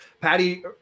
Patty